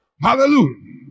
Hallelujah